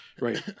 right